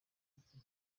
ndetse